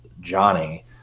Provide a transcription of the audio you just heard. Johnny